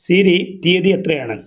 Siri തീയതി എത്രയാണ്